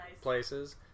places